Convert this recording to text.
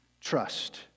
trust